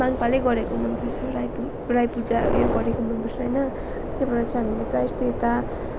माङ्पाहाङले गरेको मनपर्छ राई पू राई पूजा यो गरेको मनपर्छ होइन त्यही भएर चाहिँ हामीले प्रायः जस्तो यता